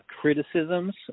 criticisms